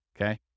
Okay